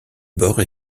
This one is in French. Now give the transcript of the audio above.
bore